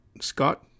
Scott